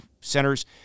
centers –